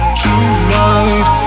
tonight